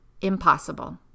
impossible